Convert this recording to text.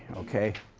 okay.